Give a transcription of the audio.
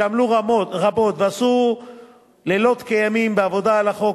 שעמלו רבות ועשו לילות כימים בעבודה על החוק,